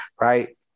Right